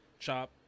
Chop